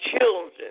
children